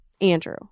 Andrew